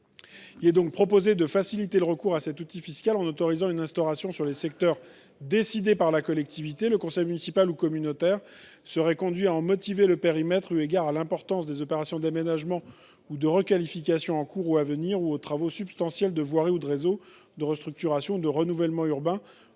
vise donc à faciliter le recours à cet outil fiscal en autorisant son instauration dans certains secteurs, sur décision de la collectivité concernée. Le conseil municipal ou communautaire serait ainsi conduit à en motiver le périmètre eu égard à l’importance des opérations d’aménagement ou de requalification en cours ou à venir ou aux travaux substantiels de voirie, de réseaux, de restructuration ou de renouvellement urbain,